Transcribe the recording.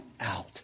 out